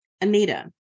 Anita